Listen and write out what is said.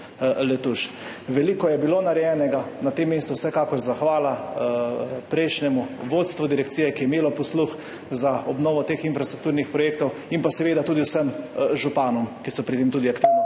Veliko je bilo narejenega, na tem mestu vsekakor zahvala prejšnjemu vodstvu direkcije, ki je imelo posluh za obnovo teh infrastrukturnih projektov in pa seveda tudi vsem županom, ki so pri tem tudi aktivno